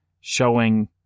showing